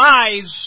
eyes